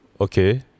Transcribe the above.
Okay